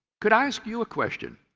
could i ask you a question,